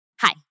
Hi